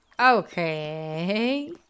Okay